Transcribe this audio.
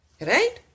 right